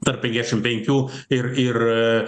tarp penkiasdešim penkių ir ir